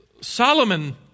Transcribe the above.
Solomon